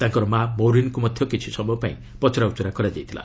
ତାଙ୍କର ମା' ମୌରିନ୍ଙ୍କୁ ମଧ୍ୟ କିଛି ସମୟ ପାଇଁ ପଚରାଉଚରା କରାଯାଇଥିଲା